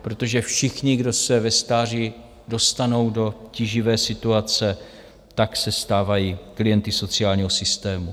Protože všichni, kdo se ve stáří dostanou do tíživé situace, tak se stávají klienty sociálního systému.